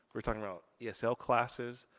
we're talking about yeah esl classes.